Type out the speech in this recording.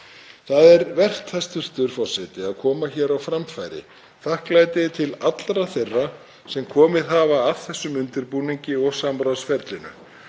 Það er vert að koma hér á framfæri þakklæti til allra þeirra sem komið hafa að þessum undirbúningi og samráðsferlinu.